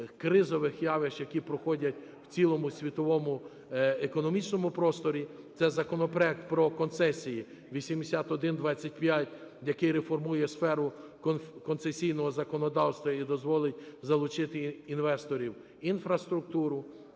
кризових явищ, які проходять в цілому світовому економічному просторі. Це законопроект про концесії (8125), який реформує сферу концесійного законодавства і дозволить залучити інвесторів, інфраструктуру,